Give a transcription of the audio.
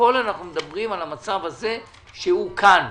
הכול אנחנו מדברים על המצב הזה שהוא כאן.